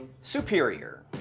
superior